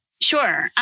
Sure